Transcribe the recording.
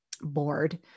board